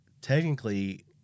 technically